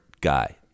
guy